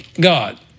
God